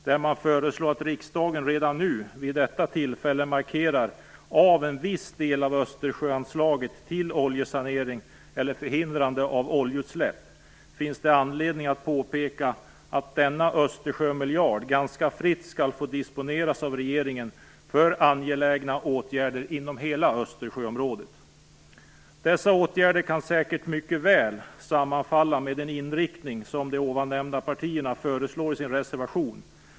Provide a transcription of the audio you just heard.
Där föreslår man att riksdagen redan nu, vid detta tillfälle, markerar av en viss del av Det finns anledning att påpeka att denna Östersjömiljard ganska fritt skall få disponeras av regeringen för angelägna åtgärder inom hela Östersjöområdet. Dessa åtgärder kan säkert mycket väl sammanfalla med den inriktning som dessa partier föreslår i sin reservation.